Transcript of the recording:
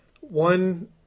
one